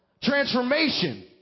Transformation